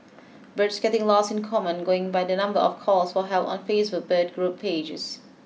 birds getting lost in common going by the number of calls for help on Facebook bird group pages